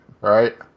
Right